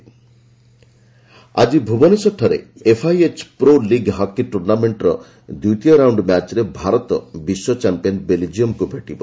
hockey pro league ଆଜି ଭୁବନେଶ୍ୱରଠାରେ FIH pro league hockey ଟୁର୍ଣ୍ଣାମେଣ୍ଟର ଦ୍ୱିତୀୟ ରାଉଣ୍ଡ ମ୍ୟାଚ୍ରେ ଭାରତ ବିଶ୍ୱ ଚାମ୍ପିୟନ ବେଲଜିୟମ୍କୁ ଭେଟିବ